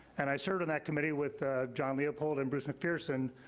and i served on that committee with ah john leopold and bruce mcpherson,